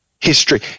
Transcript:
History